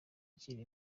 nshyira